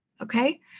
Okay